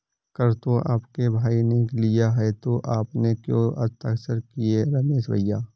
कर तो आपके भाई ने लिया है तो आपने क्यों हस्ताक्षर किए रमेश भैया?